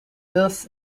thus